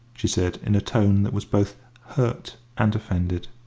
she said, in a tone that was both hurt and offended.